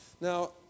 now